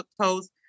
post